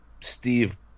Steve